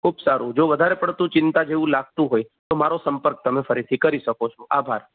ખૂબ સારું જો વધારે પડતું ચિંતા જેવું લાગતું હોય તો મારો સંપર્ક તમે ફરીથી તમે કરી શકો છો આભાર